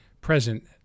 present